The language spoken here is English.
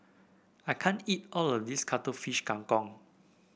I can't eat all of this Cuttlefish Kang Kong